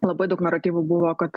labai daug naratyvų buvo kad